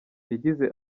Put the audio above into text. yagize